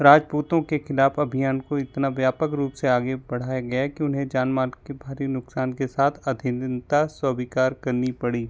राजपूतों के खिलाफ अभियान को इतना व्यापक रूप से आगे बढ़ाया गया कि उन्हें जान माल के भारी नुकसान के साथ अधीनता स्वीकार करनी पड़ी